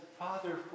Father